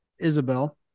Isabel